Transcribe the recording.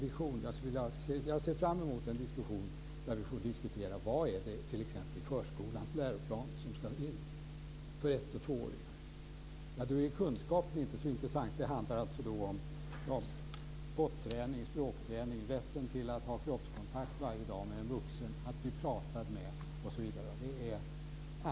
Jag ser fram emot en diskussion om vad det är som ska in i t.ex. förskolans läroplan för ett och tvååringar. Då är inte kunskapen så intressant. Det handlar alltså då om potträning, språkträning, rätten till att ha kroppskontakt varje dag med en vuxen, att bli pratad med, osv.